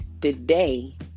today